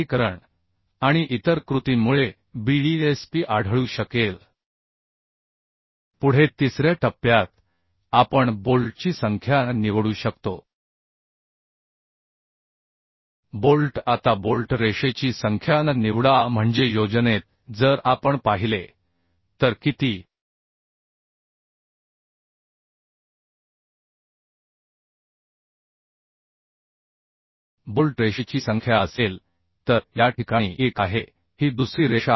आपण बोल्टची संख्या निवडू शकतो आपण बोल्टची संख्या कशी निवडावी आता बोल्ट लाइनची संख्या निवडा म्हणजे प्लॅनमध्ये आपण पाहिले तर बोल्ट लाइनची संख्या किती असेल तर या प्रकरणात ही एक आहे ही दुसरी ओळ आहे